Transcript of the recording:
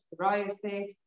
psoriasis